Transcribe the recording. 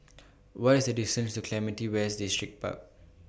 What IS The distance to Clementi West Distripark